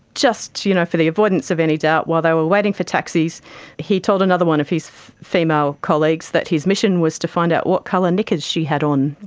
just you know for the avoidance of any doubt, while they were waiting for taxis he told another one of his female colleagues that his mission was to find out what colour knickers she had on.